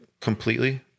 completely